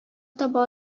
таба